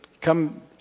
come